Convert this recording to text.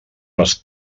les